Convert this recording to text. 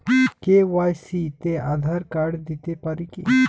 KYC তে Aadhaar card দিতে পারি কি?